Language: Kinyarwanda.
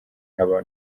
nkaba